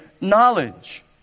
knowledge